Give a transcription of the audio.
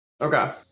Okay